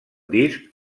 disc